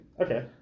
Okay